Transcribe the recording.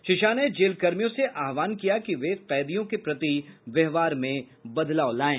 श्री शाह ने जेलकर्मियों से आह्वान किया कि वे कैदियों के प्रति व्यवहार में बदलाव लायें